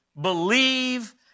believe